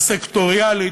הסקטוריאלית,